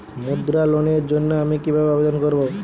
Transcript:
মুদ্রা লোনের জন্য আমি কিভাবে আবেদন করবো?